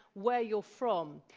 where you're from.